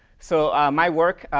so, my work,